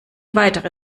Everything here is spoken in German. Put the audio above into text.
weitere